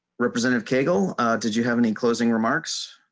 representative keto are did you have any closing remarks.